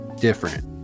different